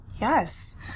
Yes